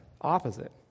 opposite